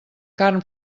carn